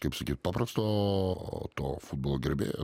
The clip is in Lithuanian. kaip sakyt paprasto to futbolo gerbėjo